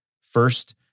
First